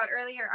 earlier